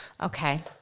okay